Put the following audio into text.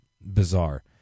Bizarre